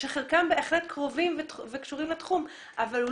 שחלקם בהחלט קרובים וקשורים לתחום אבל הוא